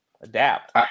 adapt